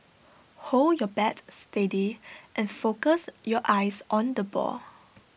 hold your bat steady and focus your eyes on the ball